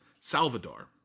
Salvador